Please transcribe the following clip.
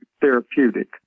therapeutic